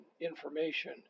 information